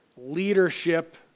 leadership